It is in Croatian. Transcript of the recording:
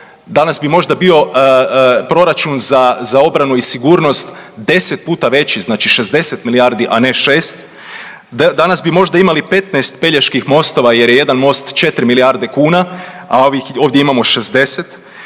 danas bi možda bio proračun za obranu i sigurnost 10 puta veći, znači 60 milijardi a ne 6, danas bi možda imali 15 Peljeških mostova jer je jedan most 4 milijarde kuna, a ovdje imamo 60,